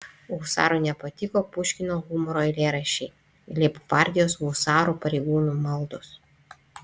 husarui nepatiko puškino humoro eilėraščiai leibgvardijos husarų pareigūnų maldos